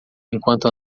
enquanto